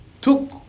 took